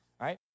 right